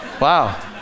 Wow